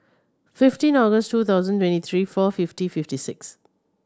fifteen August two thousand twenty three four fifty fifty six